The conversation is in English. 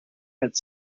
had